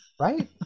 Right